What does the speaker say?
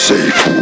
Safe